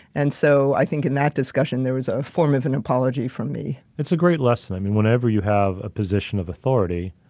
and so, i think in that discussion, there was a form of an apology from me. it's a great lesson. i mean, whenever you have a position of authority,